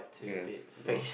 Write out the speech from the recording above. yes no